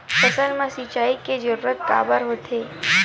फसल मा सिंचाई के जरूरत काबर होथे?